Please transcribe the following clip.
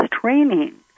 training